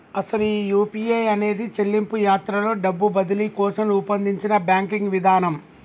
అసలు ఈ యూ.పీ.ఐ అనేది చెల్లింపు యాత్రలో డబ్బు బదిలీ కోసం రూపొందించిన బ్యాంకింగ్ విధానం